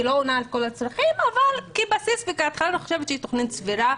היא לא עונה על כל הצרכים אבל כבסיס אני חושבת שהיא תכנית סבירה.